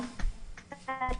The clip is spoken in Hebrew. הבנו שכדי